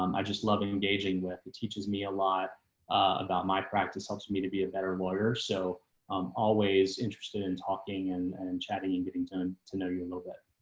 um i just love engaging with it teaches me a lot about my practice helps me to be a better lawyer, so i'm always interested in talking and and chatting and getting to to know you love it.